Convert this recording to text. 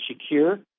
secure